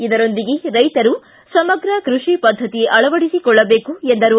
ಇದರೊಂದಿಗೆ ರೈತರು ಸಮಗ್ರ ಕೃಷಿ ಪದ್ದತಿ ಅಳವಡಿಸಿಕೊಳ್ಳಬೇಕು ಎಂದು ಹೇಳಿದರು